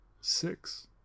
six